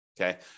Okay